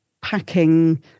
packing